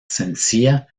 sencilla